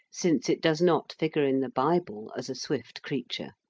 since it does not figure in the bible as a swift creature.